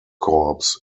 corps